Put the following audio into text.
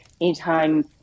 anytime